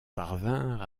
parvinrent